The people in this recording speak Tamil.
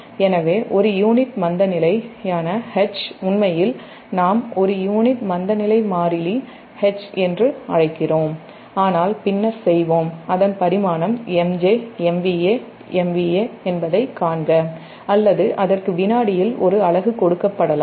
எனவே உண்மையில் நாம் ஒரு யூனிட் மந்தநிலை மாறிலி 'H' என்று அழைக்கிறோம் ஆனால் பின்னர் அதன் பரிமாணம் MJ MVA MVA என்பதைக் காண்க அல்லது அதற்கு 'வினாடியில்' ஒரு அலகு கொடுக்கப்படலாம்